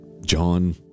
John